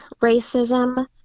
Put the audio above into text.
racism